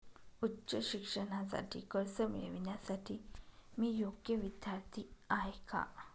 उच्च शिक्षणासाठी कर्ज मिळविण्यासाठी मी योग्य विद्यार्थी आहे का?